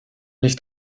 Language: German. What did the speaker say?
nicht